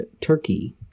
turkey